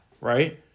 Right